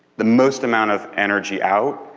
the most amount of energy out,